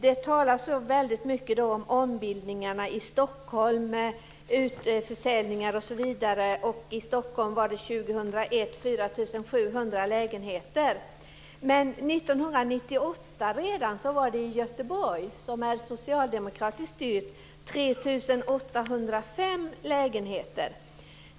Det talas väldigt mycket om ombildningarna i Stockholm, utförsäljningar m.m. I 1998 var det i Göteborg, som är socialdemokratiskt styrt, 3 805 lägenheter.